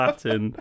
Latin